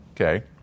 okay